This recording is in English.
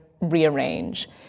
rearrange